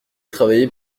travaillé